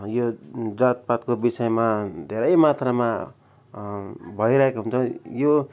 यो जातपातको विषयमा धेरै मात्रामा भइरहेको हुन्छ यो